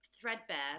threadbare